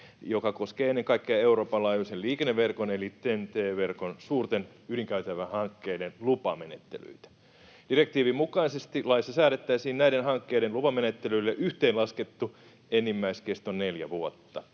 joka koskee ennen kaikkea Euroopan laajuisen liikenneverkon eli TEN-T-verkon suurten ydinkäytävähankkeiden lupamenettelyitä. Direktiivin mukaisesti laissa säädettäisiin näiden hankkeiden lupamenettelylle yhteenlaskettu enimmäiskesto neljä vuotta.